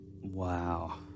Wow